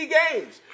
games